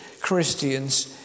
Christians